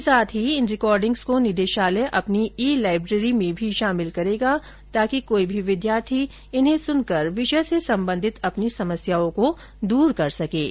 इसके साथ ही इन रिकॉर्डिंग्स को निदेशालय अपनी ई लाइब्रेरी में भी शामिल करेगा ताकि कोई भी विद्यार्थी इन्हें सुनकर विषय से संबंधित अपनी समस्याओं को दूर कर सके